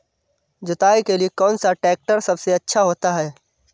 जुताई के लिए कौन सा ट्रैक्टर सबसे अच्छा होता है?